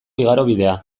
igarobidea